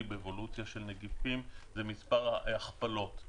באבולוציה של נגיפים זה מספר ההכפלות.